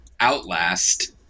Outlast